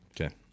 Okay